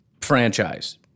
franchise